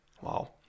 Wow